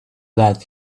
that